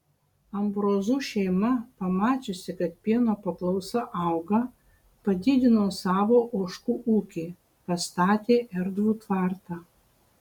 ambrozų šeima pamačiusi kad pieno paklausa auga padidino savo ožkų ūkį pastatė erdvų tvartą